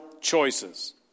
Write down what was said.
choices